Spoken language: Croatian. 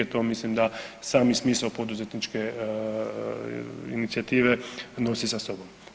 To mislim da sami smisao poduzetničke inicijative nosi sa sobom.